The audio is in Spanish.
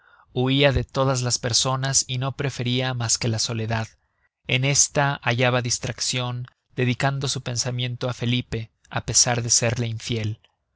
huia de todas las personas y no preferia mas que la soledad en esta hallaba distraccion dedicando su pensamiento á felipe á pesar de serle infiel